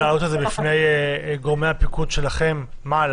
הייתי מציע לכם להעלות את זה בפני גורמי הפיקוד שלכם מעלה,